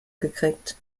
gekriegt